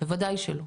בוודאי שלא.